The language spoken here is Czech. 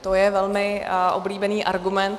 To je velmi oblíbený argument.